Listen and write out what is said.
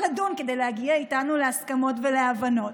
לדון כדי להגיע איתנו להסכמות ולהבנות.